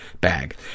bag